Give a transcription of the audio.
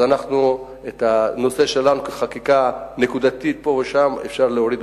אז את הנושא שלנו כחקיקה נקודתית פה ושם אפשר להוריד.